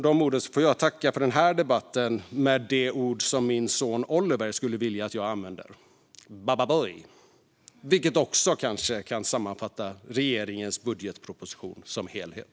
Med detta får jag får tacka för den här debatten med det ord som min son Oliver skulle vilja att jag använde: Bababoj! Det kanske kan sammanfatta regeringens budgetproposition som helhet.